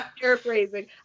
Paraphrasing